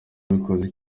ababikoze